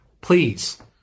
please